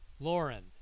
Lauren